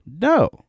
No